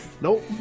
Nope